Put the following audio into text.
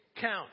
Count